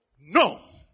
no